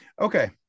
Okay